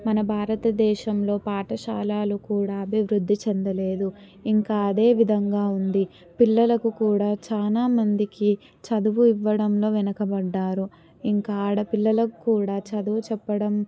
మన భారతదేశంలో పాఠశాలలు కూడా అభివృద్ధి చెందలేదు ఇంకా అదే విధంగా ఉంది పిల్లలకు కూడా చాలా మందికి చదువు ఇవ్వడంలో వెనకబడ్డారు ఇంకా ఆడపిల్లలకి కూడా చదువు చెప్పడం